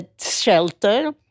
shelter